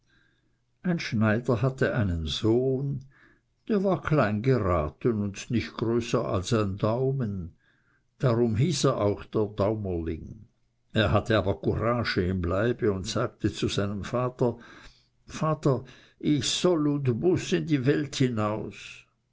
ein schneider hatte einen sohn der war klein geraten und nicht größer als ein daumen darum hieß er auch der daumerling er hatte aber courage im leibe und sagte zu seinem vater vater ich soll und muß in die welt hinaus